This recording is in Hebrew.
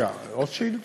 רגע, עוד שאילתה?